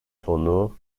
tonu